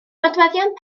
nodweddion